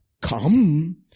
Come